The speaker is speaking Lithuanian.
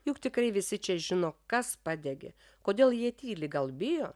juk tikrai visi čia žino kas padegė kodėl jie tyli gal bijo